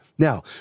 Now